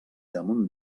damunt